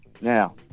Now